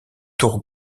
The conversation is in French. tour